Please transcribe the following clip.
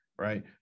right